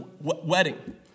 wedding